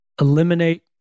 Eliminate